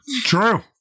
True